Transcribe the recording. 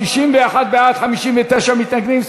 61 בעד, 59 מתנגדים.